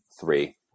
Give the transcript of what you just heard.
three